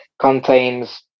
contains